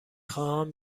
خواهم